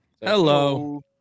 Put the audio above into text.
Hello